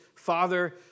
Father